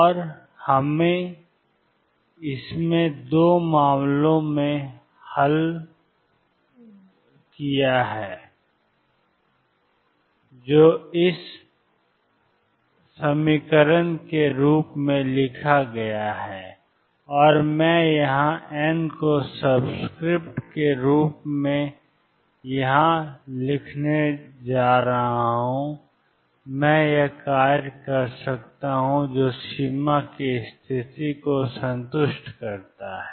और हमने इसे दो मामलों में हल किया है 22md2xdx2VxxEψ के रूप में लिखा गया है और मैं यहां n को सबस्क्रिप्ट के रूप में यह दिखाने के लिए डालने जा रहा हूं कि ये हैं मैं कार्य कर सकता हूं जो सीमा की स्थिति को संतुष्ट करता है